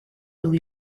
will